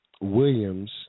Williams